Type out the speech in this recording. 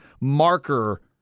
marker